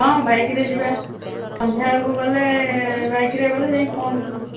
ହଁ ବାଇକ୍ରେ ଯିବା ସନ୍ଧ୍ୟାବେଳକୁ ଗଲେ ବାଇକ୍ରେ ଗଲେ ଯାଇକି ପହଞ୍ଚିବେ